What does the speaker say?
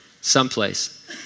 Someplace